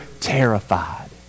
terrified